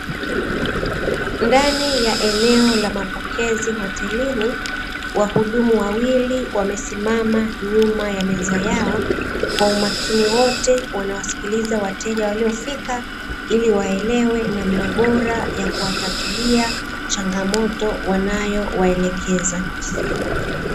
Ndani ya eneo la mapokezi hotelini, wahudumu wawili wamesimama nyuma ya meza yao kwa umakini wote wanawasikiliza wateja waliofika, ili waelewe namna bora ya kuwatatulia changamoto wanayowaelekeza.